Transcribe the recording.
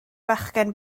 fachgen